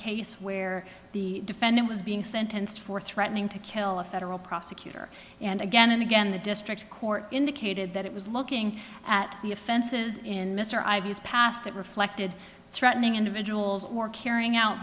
case where the defendant was being sentenced for threatening to kill a federal prosecutor and again and again the district court indicated that it was looking at the offenses in mr ivy's past that reflected threatening individuals or carrying out